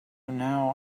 now